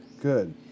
Good